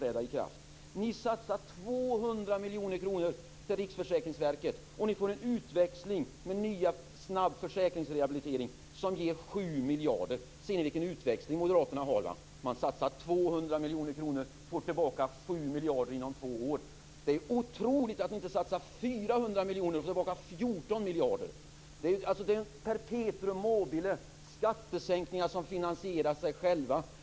Ni moderater satsar 200 miljoner kronor i Riksförsäkringsverket och får en utväxling med en ny snabb försäkringsrehabilitering som ger 7 miljarder kronor. Vi kan se vilken utväxling Moderaterna har: Man satsar 200 miljoner kronor och får tillbaka 7 miljarder kronor inom två år! Det är otroligt att ni inte satsar 400 miljoner och får tillbaka 14 miljarder kronor! Detta är ju ett perpetuum mobile med skattesänkningar som finansierar sig själva.